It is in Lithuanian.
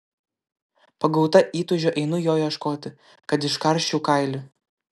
pagauta įtūžio einu jo ieškoti kad iškarščiau kailį